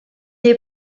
est